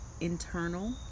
internal